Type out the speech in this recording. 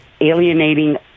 alienating